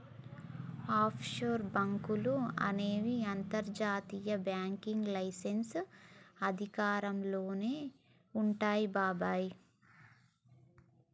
offshore బాంకులు అనేవి అంతర్జాతీయ బ్యాంకింగ్ లైసెన్స్ అధికారంలోనే వుంటాయి బాబాయ్